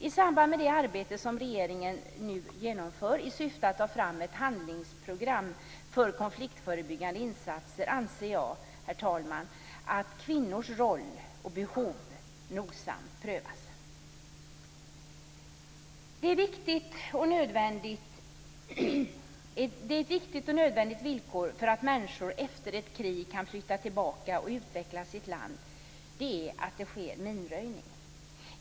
I samband med det arbete som regeringen nu genomför i syfte att ta fram ett handlingsprogram för konfliktförebyggande insatser anser jag, herr talman, att kvinnors roll och behov nogsamt bör prövas. Ett viktigt och nödvändigt villkor för att människor efter ett krig skall kunna flytta tillbaka och utveckla sitt land är att det sker minröjning.